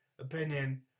opinion